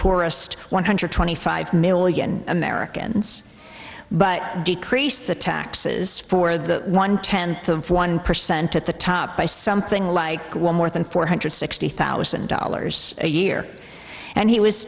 poorest one hundred twenty five million americans but decrease the taxes for the one tenth of one percent at the top by something like more than four hundred sixty thousand dollars a year and he was